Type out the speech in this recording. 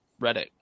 Reddit